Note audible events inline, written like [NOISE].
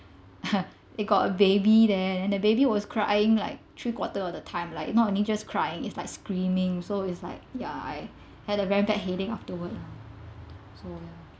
[LAUGHS] they got a baby there the baby was crying like three quarter of the time like not only just crying it's like screaming so it's like yeah I had a very bad headache afterwards lah